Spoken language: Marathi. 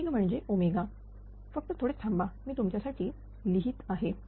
तर वेग म्हणजे जर फक्त थोडे थांबा मी तुमच्यासाठी लिहित आहे